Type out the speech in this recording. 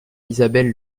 isabelle